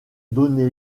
donné